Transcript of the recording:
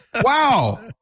Wow